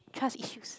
trust issues